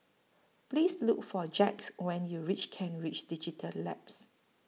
Please Look For Jacquez when YOU REACH Kent Ridge Digital Labs